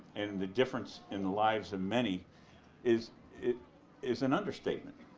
and the difference in the lives of many is it is an understatement.